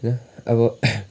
होइन अब